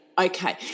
Okay